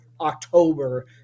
October